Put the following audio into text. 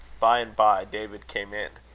by and by david came in.